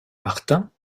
martin